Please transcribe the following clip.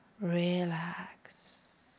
Relax